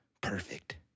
Perfect